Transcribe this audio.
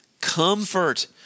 comfort